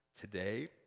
today